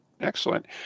Excellent